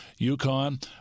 UConn